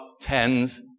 tens